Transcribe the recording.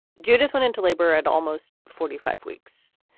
judith went into labor at almost forty five weeks,